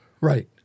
Right